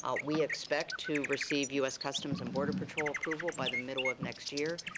ah we expect to receive u s. customs and border patrol approval by the middle of next year.